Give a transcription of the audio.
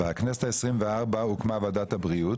בכנסת ה-24 הוקמה ועדת הבריאות,